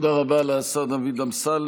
תודה רבה לשר דוד אמסלם.